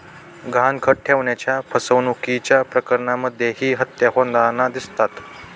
गहाणखत ठेवण्याच्या फसवणुकीच्या प्रकरणांमध्येही हत्या होताना दिसतात